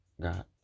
got